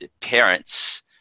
parents